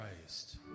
Christ